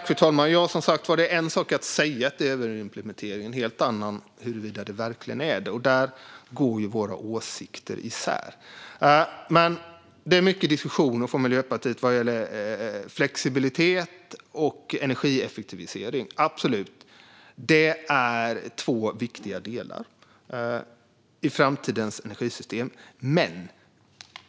Fru talman! Det är, som sagt, en sak att säga att det är överimplementering och en helt annan sak huruvida det verkligen är det. Där går våra åsikter isär. Miljöpartiet ägnar sig mycket åt diskussioner om flexibilitet och energieffektivisering, och detta är absolut två viktiga delar i framtidens energisystem.